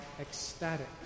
ecstatic